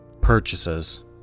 purchases